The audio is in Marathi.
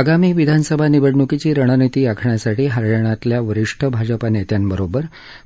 आगामी विधानसभा निवडणुकीची रणनिती आखण्यासाठी हरयाणातल्या वरीष्ठ भाजपा नेत्यांबरोबर